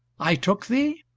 i took thee?